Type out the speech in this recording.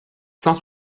cent